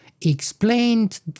explained